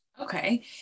Okay